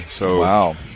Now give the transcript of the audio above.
Wow